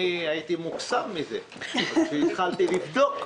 אני הייתי מוקסם מזה והתחלתי לבדוק.